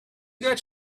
got